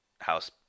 house